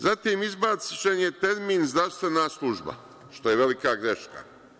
Zatim, izbačen je termin – zdravstvena služba, što je velika greška.